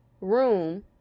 room